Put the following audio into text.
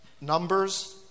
Numbers